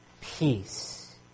Peace